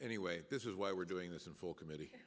anyway this is why we're doing this in full committee